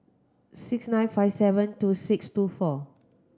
six nine five seven two six two four